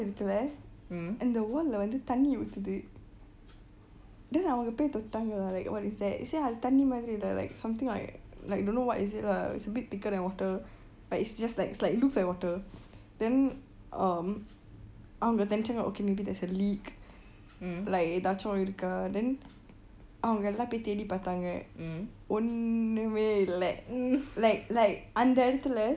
அந்த இடத்தில அந்த:anta edathule anta wall ல வந்து தண்ணி ஒழுகுது:le vanthu thanee olugutu then அவங்க போய் தோட்டாங்க:avanga poi thottanga like what is that அது தண்ணி மாதிரி இல்ல:athu thanee maathiri illai like something like like don't know what is it lah it's a bit thicker than water like it's just like looks like water then um அவங்க நெனச்சாங்க:avanga nanachaanga okay maybe there's a leak like ஏதாச்சு இருக்கா:ethaachu iruka then அவங்கள் எல்லாம் போய் தேடி பார்த்தாங்க ஒன்னும் இல்லை:avanga ellam poi thedi paarthanga onnume illai like like அந்த இடத்தில:anta edathule